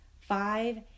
Five